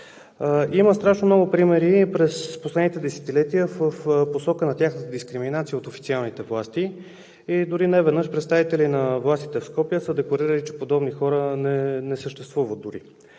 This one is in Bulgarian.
Има много примери през последните десетилетия в посока на тяхната дискриминация от официалните власти и дори неведнъж представители на властите в Скопие са декларирали, че подобни хора дори не съществуват.